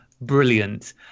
brilliant